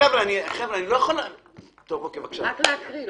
חבר'ה, אני לא יכול --- רק לקרוא.